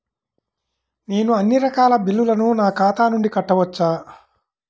నేను అన్నీ రకాల బిల్లులను నా ఖాతా నుండి కట్టవచ్చా?